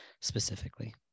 specifically